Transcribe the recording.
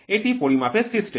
এটি পরিমাপের সিস্টেম